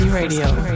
Radio